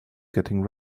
getting